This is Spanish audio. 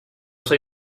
soy